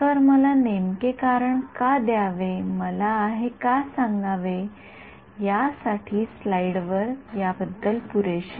तर मला नेमके कारण का द्यावे मला हे का सांगावे यासाठी स्लाइडवर याबद्दल पुरेशी माहिती आहे